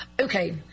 Okay